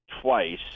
twice